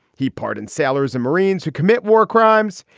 he pardoned sailors and marines who commit war crimes.